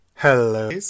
Hello